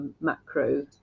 macro